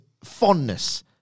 fondness